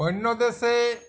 অন্য দেশে